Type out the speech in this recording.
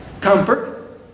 Comfort